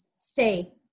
stay